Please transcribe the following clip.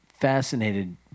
fascinated